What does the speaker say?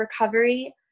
recovery